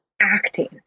acting